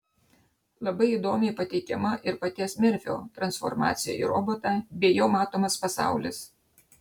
labai įdomiai pateikiama ir paties merfio transformacija į robotą bei jo matomas pasaulis